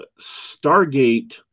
Stargate